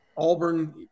Auburn